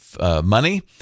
Money